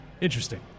interesting